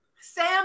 Sam